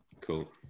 Cool